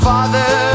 Father